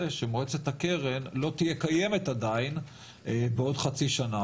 שמועצת הקרן לא תהיה קיימת עדיין בעוד חצי שנה,